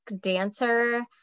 dancer